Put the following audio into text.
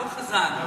לא חזן.